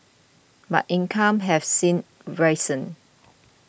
but incomes have since risen